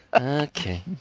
Okay